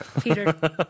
Peter